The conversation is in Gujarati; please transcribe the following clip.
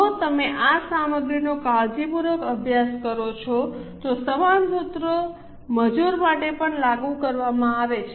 જો તમે આ સામગ્રીનો કાળજીપૂર્વક અભ્યાસ કરો છો તો સમાન સૂત્રો મજૂર માટે પણ લાગુ કરવામાં આવે છે